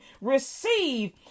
receive